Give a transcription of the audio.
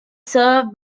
served